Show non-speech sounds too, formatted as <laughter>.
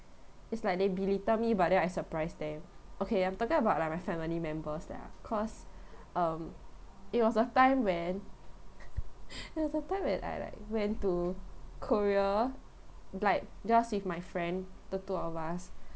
it's like they belittle me but then I surprised them okay I'm talking about like my family members lah cause um it was a time when <laughs> it was a time when I like went to korea like just with my friend the two of us